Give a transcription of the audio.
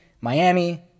Miami